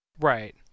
Right